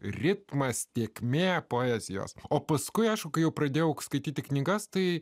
ritmas tėkmė poezijos o paskui aš jau pradėjau skaityti knygas tai